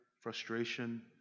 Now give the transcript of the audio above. frustration